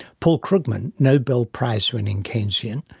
paul krugman, nobel prize-winning keynesian,